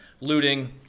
looting